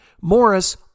Morris